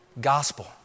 gospel